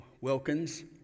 Wilkins